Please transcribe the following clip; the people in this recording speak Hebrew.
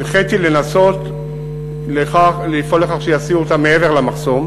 הנחיתי לנסות להסיע אותם מעבר למחסום,